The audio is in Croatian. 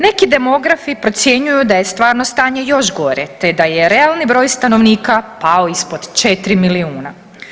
Neki demografi procjenjuju da je stvarno stanje još gore te da je realni broj stanovnika pao ispod 4 milijuna.